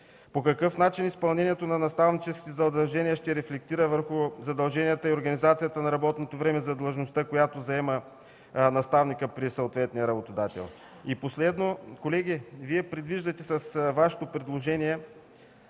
По какъв начин изпълнението на наставническите задължения ще рефлектира върху задълженията и организацията на работното време за длъжността, която заема наставникът при съответния работодател? Последно, колеги, Вие предвиждате с Вашето предложение